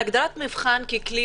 הגדרת מבחן זה כלי